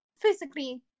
Physically